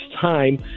time